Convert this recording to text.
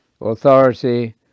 authority